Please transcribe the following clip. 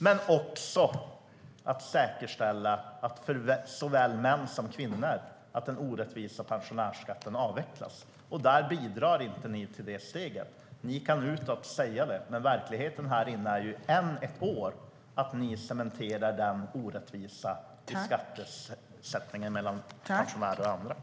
Men det är också att säkerställa för såväl män som kvinnor att den orättvisa pensionärsskatten avvecklas.